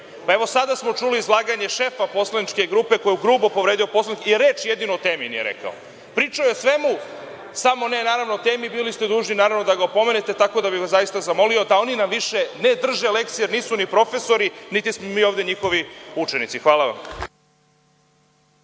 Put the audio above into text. Pa evo sada smo čuli izlaganje šefa poslaničke grupe koji je grubo povredio Poslovnik i reč jedinu o temi nije rekao. Pričao je o svemu, samo ne, naravno, o temi. Bili ste dužni, naravno, da ga opomenete, tako da bih vas zaista zamolio da oni nam više ne drže lekcije jer nisu ni profesori, niti smo mi ovde njihovi učenici. Hvala vam.